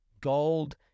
gold